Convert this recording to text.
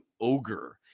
ogre